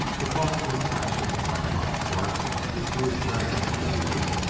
the thoughts were flashing like hot sparks through his brain as he leaped.